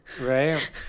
right